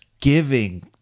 giving